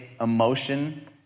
emotion